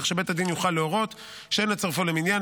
כך שבית הדין יוכל להורות שאין לצרפו למניין,